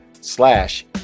slash